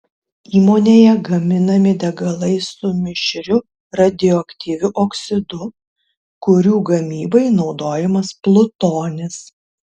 įmonėje gaminami degalai su mišriu radioaktyviu oksidu kurių gamybai naudojamas plutonis